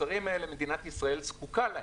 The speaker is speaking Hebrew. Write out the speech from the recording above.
מוצרים שמדינת ישראל זקוקה לכולם.